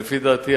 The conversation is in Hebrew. לפי דעתי,